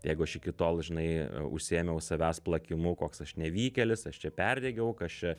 jeigu aš iki tol žinai užsiėmiau savęs plakimu koks aš nevykėlis aš čia perdegiau kas čia